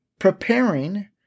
Preparing